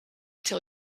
tell